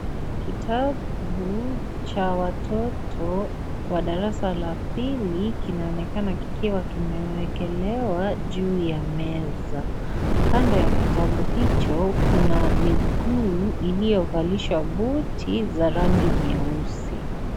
Kitabu cha watoto wa darasa la pili kinaonekena kikiwa kimewekelewa juu ya meza, kando ya kitabu hicho kuna miguu iliyovalishwa buti za rangi nyeusi.